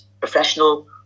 professional